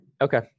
okay